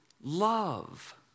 love